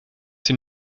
sie